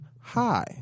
hi